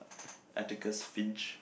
Atticus-Finch